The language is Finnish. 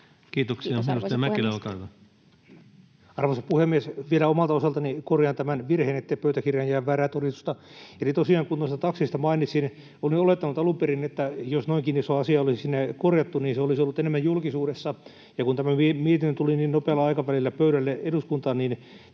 Content: Arvoisa puhemies! Vielä omalta osaltani korjaan tämän virheen, ettei pöytäkirjaan jää väärää todistusta: Tosiaan kun noista takseista mainitsin, niin olin olettanut alun perin, että jos noinkin iso asia olisi sinne korjattu, niin se olisi ollut enemmän julkisuudessa, ja kun tämä mietintö tuli niin nopealla aikavälillä pöydälle eduskuntaan,